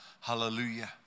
hallelujah